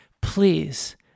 Please